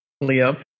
Leo